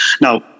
Now